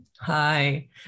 Hi